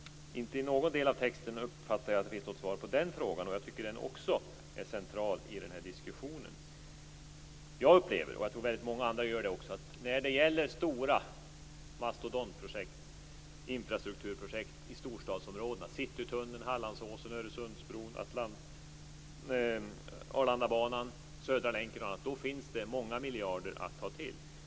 Inte i någon del av texten uppfattar jag att det finns ett svar på den frågan, och jag tycker att den också är central i den här diskussionen. Jag upplever, och jag tror att väldigt många andra också gör det, att när det gäller stora mastodontprojekt, infrastrukturprojekt, i storstadsområdena - Citytunneln, Hallandsåsen, Öresundsbron, Arlandabanan, Södra länken osv. - finns det många miljarder att ta till.